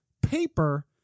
paper